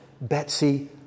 Betsy